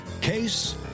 Case